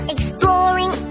Exploring